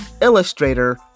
illustrator